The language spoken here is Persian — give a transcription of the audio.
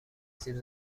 سیب